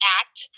act